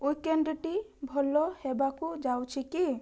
ୱିକେଣ୍ଡ୍ଟି ଭଲ ହେବାକୁ ଯାଉଛି କି